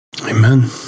Amen